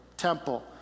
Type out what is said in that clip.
temple